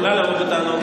יכול להיות שטעית בכתובת,